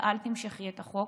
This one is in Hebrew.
ואל תמשכי את החוק,